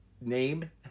name